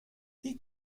die